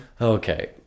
Okay